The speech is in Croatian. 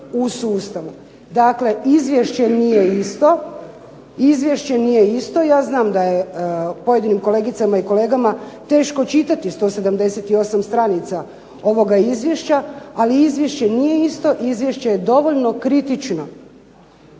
Dakle izvješće nije isto, ja znam da je pojedinim kolegicama i kolegama teško čitati 178 stranica ovoga izvješća, ali izvješće nije isto, izvješće je dovoljno kritično